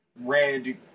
red